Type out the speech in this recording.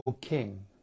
King